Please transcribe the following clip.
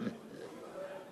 לדבר כל